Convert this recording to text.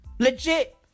Legit